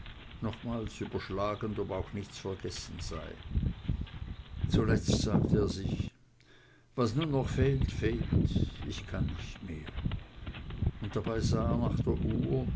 nochmals überschlagend ob auch nichts vergessen sei zuletzt sagte er sich was nun noch fehlt fehlt ich kann nicht mehr und dabei sah er nach der uhr